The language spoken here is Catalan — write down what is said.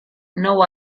nou